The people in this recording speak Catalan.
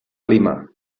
lima